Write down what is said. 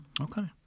Okay